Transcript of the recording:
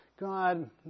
God